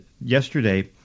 yesterday